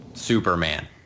Superman